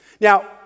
Now